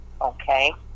Okay